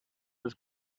was